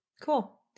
Cool